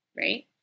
Right